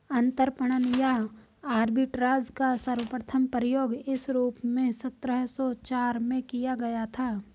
अंतरपणन या आर्बिट्राज का सर्वप्रथम प्रयोग इस रूप में सत्रह सौ चार में किया गया था